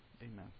Amen